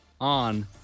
on